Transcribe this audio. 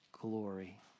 glory